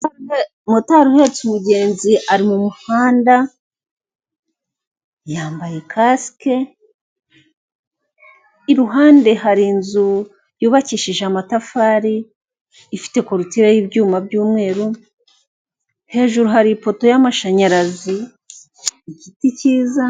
Motari uhetse umugenzi ari mu muhanda yambaye kasike, iruhande hari inzu yubakishije amatafari ifite korutire y'ibyuma by'umweru, hejuru hari ipoto y'amashanyarazi, igiti kiza.